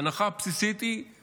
ההנחה הבסיסית של